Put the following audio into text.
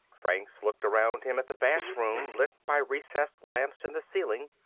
franks looked around him at the vast room, lit by recessed lamps in the ceiling.